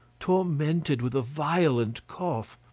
tormented with a violent cough,